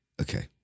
Okay